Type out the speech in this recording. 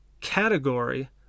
category